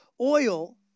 Oil